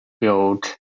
built